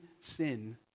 sin